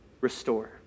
restore